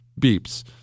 beeps